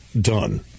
done